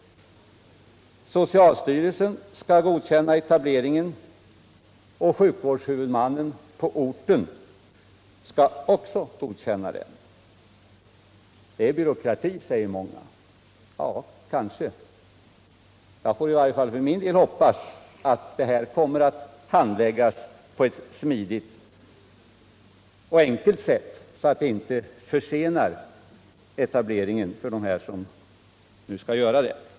Socialstyrelsen skall godkänna etableringen, och sjukvårdshuvudmannen på orten skall också godkänna den. Detta är byråkrati, säger många. Ja, kanske, men jag får i varje fall för min del hoppas att handläggningen sker på ett smidigt och enkelt sätt så att det inte försenar etableringen.